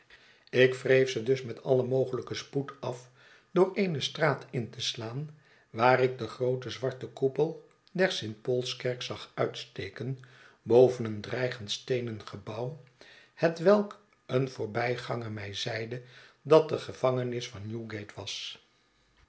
vauliond e n vert qroote verwachtingen ken spoed af door eene straat in te slaan waar ik den grooten zwarten koepel der stpaulskerk zag uitsteken boven een dreigend steenen gebouw hetwelk een voorbijganger mij zeide dat de gevangenis van newgate was